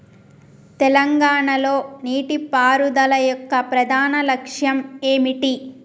తెలంగాణ లో నీటిపారుదల యొక్క ప్రధాన లక్ష్యం ఏమిటి?